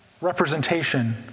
representation